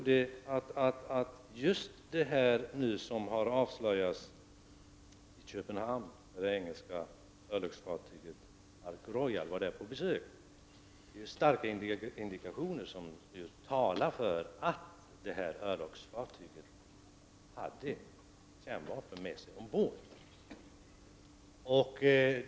Det som nu avslöjats i samband med det engelska örlogsfartyget Ark Royals besök i Köpenhamn utgör starka indikationer för att detta örlogsfartyg hade kärnvapen med ombord.